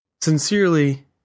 Sincerely